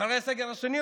אחרי הסגר השני,